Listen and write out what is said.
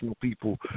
people